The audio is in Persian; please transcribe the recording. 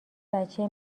بچه